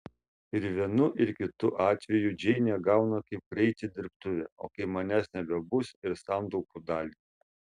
ir vienu ir kitu atveju džeinė gauna kaip kraitį dirbtuvę o kai manęs nebebus ir santaupų dalį